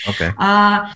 Okay